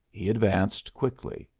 he advanced quickly.